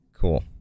Cool